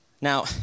now